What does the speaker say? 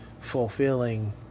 fulfilling